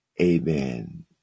Amen